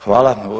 Hvala.